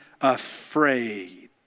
afraid